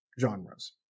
genres